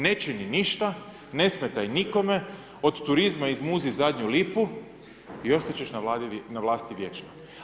Ne čini ništa, ne smetaj nikome, od turizma izmuzi zadnju lipu i ostat ćeš na vlasti vječno.